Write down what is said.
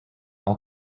all